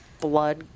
blood